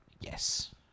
Yes